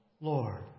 Lord